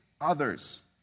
others